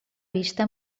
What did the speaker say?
vista